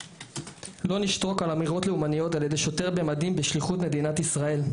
לא נשתוק על אמירות לאומניות על-ידי שוטר במדים בשליחות מדינת ישראל.